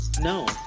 No